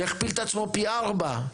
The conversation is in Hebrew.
שיכפיל את עצמו פי ארבע.